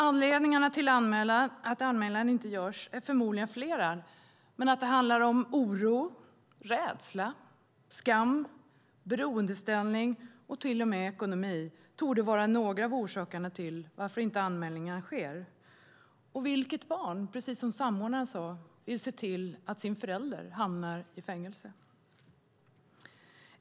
Anledningarna till att anmälningar inte görs är förmodligen flera, och oro, rädsla, skam, beroendeställning och till och med ekonomi torde vara några av orsakerna till att inte anmälningar sker. Och vilket barn, precis som samordnaren sade, vill se till att dess förälder hamnar i fängelse?